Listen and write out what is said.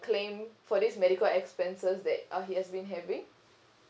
claim for these medical expenses that uh he has been having